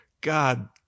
God